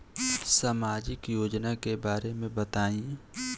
सामाजिक योजना के बारे में बताईं?